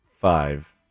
Five